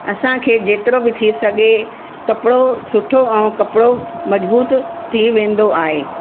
असांखे जेतिरो बि थी सघे कपिड़ो सुठो ऐं कपिड़ो मज़बूत थी वेंदो आहे